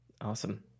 awesome